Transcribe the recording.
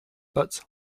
but